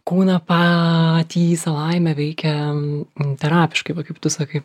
kūną patį savaime veikia terapiškai va kaip tu sakai